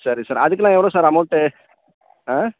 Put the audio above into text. சரி சார் அதுக்கெல்லாம் எவ்வளோ சார் அமௌன்ட்டு ஆ